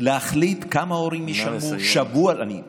להחליט כמה הורים ישלמו שבוע, נא לסיים.